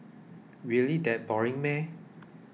really that boring